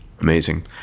Amazing